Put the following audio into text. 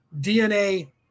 DNA